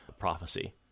Prophecy